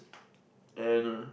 eh I don't know